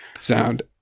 sound